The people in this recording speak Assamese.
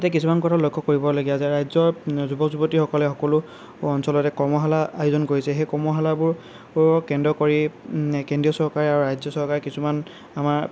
এতিয়া কিছুমান কথা লক্ষ্য কৰিবলগীয়া যে ৰাজ্যত যুৱক যুৱতীসকলে সকলো অঞ্চলতে কৰ্মশালা আয়োজন কৰিছে সেই কৰ্মশালাবোৰবোৰক কেন্দ্ৰ কৰি কেন্দ্ৰীয় চৰকাৰে আৰু ৰাজ্য চৰকাৰে কিছুমান আমাৰ